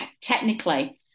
technically